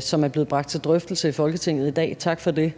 som er blevet bragt til drøftelse i Folketinget i dag. Tak for det.